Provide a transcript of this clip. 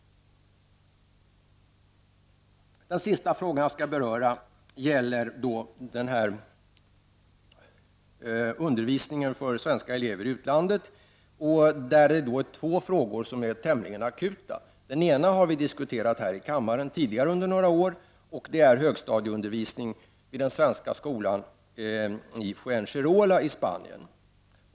Slutligen skall jag beröra undervisningen för svenska elever i utlandet. Det finns där två frågor som är tämligen akuta. Den ena har vi diskuterat tidigare här i kammaren vid ett flertal tillfällen. Det gäller högstadieundervisning vid den svenska skolan i Fuengirola i Spanien.